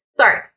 Sorry